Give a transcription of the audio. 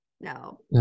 No